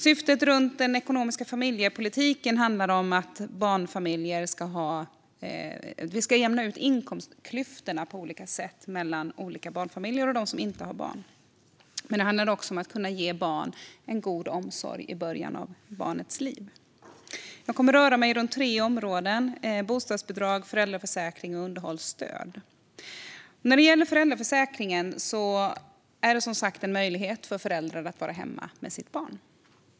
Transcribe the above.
Syftet med den ekonomiska familjepolitiken handlar om att på olika sätt jämna ut inkomstklyftorna mellan olika barnfamiljer och dem som inte har barn. Det handlar också om att kunna ge barn en god omsorg i början av barnets liv. Jag kommer att beröra tre områden: bostadsbidrag, föräldraförsäkring och underhållsstöd. När det gäller föräldraförsäkringen är det en möjlighet för föräldrar att vara hemma med sitt barn.